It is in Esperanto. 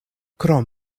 krom